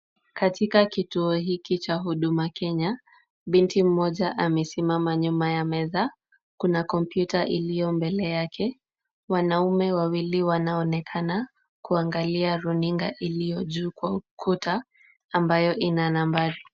Katika kituo hiki cha huduma Kenya, binti mmoja amesimama nyuma ya meza. Kuna kompyuta iliyo mbele yake. Wanaume wawili wanaonekana kuangalia runinga iliyo juu kwa ukuta ambayo ina nambari.